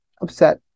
upset